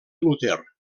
luter